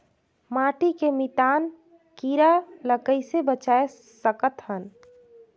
माटी के मितान कीरा ल कइसे बचाय सकत हन?